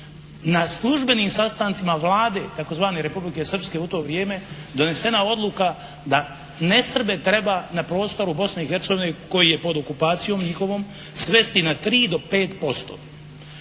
na službenim sastancima Vlade tzv. Republike Srpske u to vrijeme donesena odluka da nesrbe treba na prostoru Bosne i Hercegovine koji je pod okupacijom njihovom svesti na 3 do 5%.